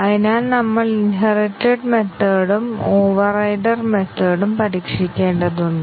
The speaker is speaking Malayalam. അതിനാൽ നമ്മൾ ഇൻഹെറിറ്റഡ് മെത്തേഡ് ഉം ഓവർറൈഡൻ മെത്തേഡ് ഉം പരീക്ഷിക്കേണ്ടതുണ്ട്